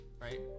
right